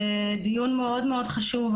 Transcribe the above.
דיון מאוד חשוב,